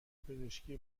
پزشکی